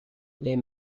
les